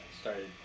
started